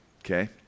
okay